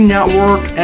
Network